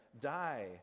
die